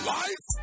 life